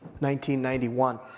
1991